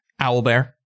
Owlbear